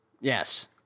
yes